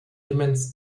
demenz